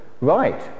right